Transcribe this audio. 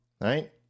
right